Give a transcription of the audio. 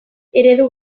eredu